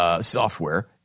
software